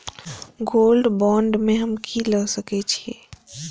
Gold bond में हम की ल सकै छियै?